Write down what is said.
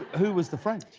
who was the friend?